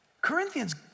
Corinthians